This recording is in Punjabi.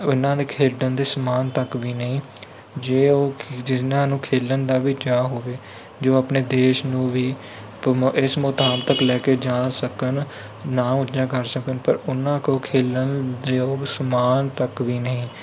ਇਹਨਾਂ ਦੇ ਖੇਡਣ ਦੇ ਸਮਾਨ ਤੱਕ ਵੀ ਨਹੀਂ ਜੇ ਉਹ ਖੇ ਜਿਨ੍ਹਾਂ ਨੂੰ ਖੇਡਣ ਦਾ ਵੀ ਚਾਅ ਹੋਵੇ ਜੋ ਆਪਣੇ ਦੇਸ਼ ਨੂੰ ਵੀ ਇਸ ਮੁਕਾਮ ਤੱਕ ਲੈ ਕੇ ਜਾ ਸਕਣ ਨਾਂ ਉੱਚਾ ਕਰ ਸਕਣ ਪਰ ਉਹਨਾਂ ਕੋਲ ਖੇਡਣ ਯੋਗ ਸਮਾਨ ਤੱਕ ਵੀ ਨਹੀਂ